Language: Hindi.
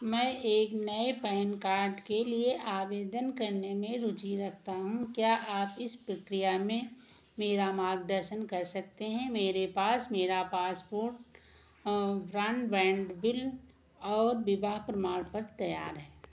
मैं एक नए पैन कार्ड के लिए आवेदन करने में रुचि रखता हूँ क्या आप इस प्रक्रिया में मेरा मार्गदर्शन कर सकते हैं मेरे पास मेरा पासपोर्ट ब्रॉडबैंड बिल और विवाह प्रमाणपत्र तैयार है